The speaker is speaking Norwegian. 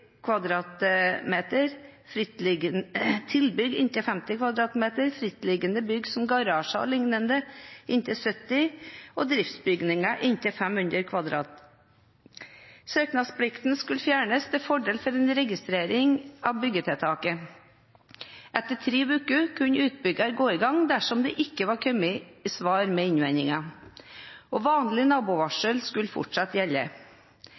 m2, frittliggende bygg, som garasje o.l., inntil 70 m2, og driftsbygninger inntil 500 m2. Søknadsplikten skulle fjernes til fordel for en registrering av byggetiltaket. Etter tre uker kunne utbygger gå i gang dersom det ikke var kommet svar med innvendinger, og vanlig nabovarsel skulle fortsatt gjelde.